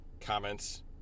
comments